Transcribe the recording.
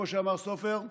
כמו שאמר סופר,